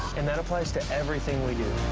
and that applies to everything we do.